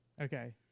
okay